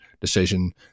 decision